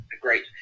great